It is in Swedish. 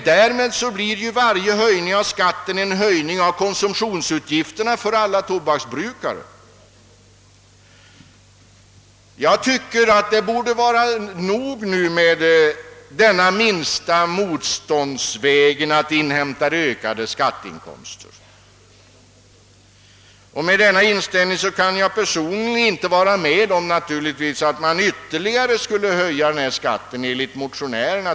Därmed blir varje höjning av skatten en höjning av konsumtionsutgifterna för alla tobaksbrukare. Det borde enligt min mening nu vara nog med att man går denna det minsta motståndets väg för att öka skatteinkomsterna.